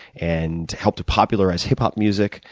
and helped to popularize hiphop music,